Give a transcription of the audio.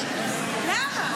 למה?